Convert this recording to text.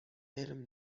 علم